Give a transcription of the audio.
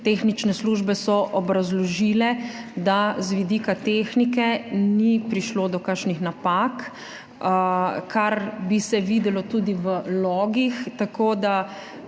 tehnične službe so obrazložile, da z vidika tehnike ni prišlo do kakšnih napak, kar bi se videlo tudi v logih, tako da